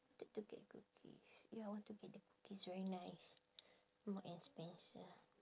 wanted to get cookies ya I want to get the cookies very nice mark and spencer